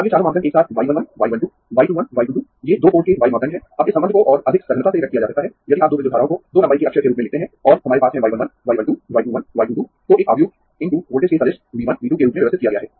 अब ये चारो मापदंड एक साथ y 1 1 y 1 2 y 2 1 y 2 2 ये दो पोर्ट के y मापदंड हैं अब इस संबंध को और अधिक सघनता से व्यक्त किया जा सकता है यदि आप दो विद्युत धाराओं को दो लंबाई के अक्षर के रूप में लिखते है और हमारे पास है y 1 1 y 1 2 y 2 1 y 2 2 को एक आव्यूह × वोल्टेज के सदिश V 1 V 2 के रूप में व्यवस्थित किया गया है